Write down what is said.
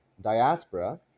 diaspora